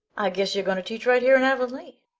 guess you're going to teach right here in avonlea.